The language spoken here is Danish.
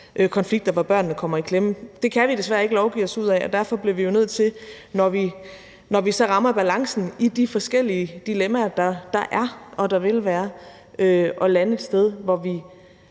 konflikter, hvor børnene kommer i klemme. Det kan vi desværre ikke lovgive os ud af, og derfor bliver vi jo nødt til for at ramme balancen i de forskellige dilemmaer, der er og vil være, at lande et sted, hvor vi